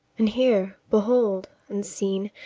and here, behold, unseen,